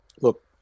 Look